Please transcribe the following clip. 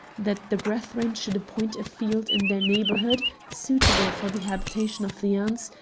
that the brethren should appoint a field in their neighbour hood, suitable for the habitation of the ants,